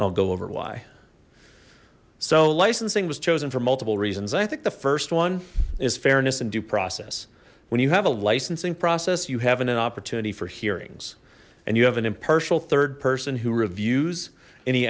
i'll go over y so licensing was chosen for multiple reasons i think the first one is fairness and due process when you have a licensing process you haven't an opportunity for hearings and you have an impartial third person who reviews any